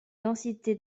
densité